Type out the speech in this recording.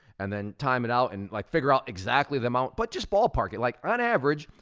and then time it out, and like figure out exactly the amount, but just ballpark it. like on average,